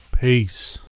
Peace